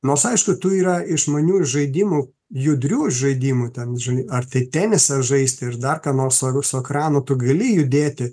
nors aišku tu yra išmanių ir žaidimų judrių žaidimų ten žinai ar tai tenisą žaisti ir dar ką nors su su ekranu tu gali judėti